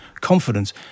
confidence